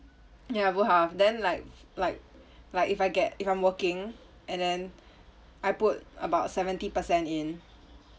ya I put half then like like like if I get if I'm working and then I put about seventy percent in